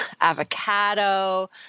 avocado